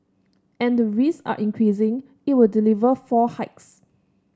and the risk are increasing it will deliver four hikes